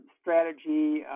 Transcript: strategy